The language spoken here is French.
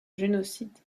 génocide